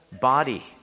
body